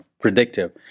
predictive